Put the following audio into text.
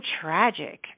tragic